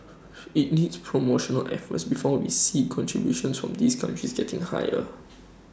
IT needs promotional effort before we see contributions from these countries getting higher